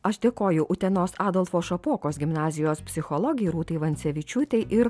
aš dėkoju utenos adolfo šapokos gimnazijos psichologei rūtai vancevičiūtei ir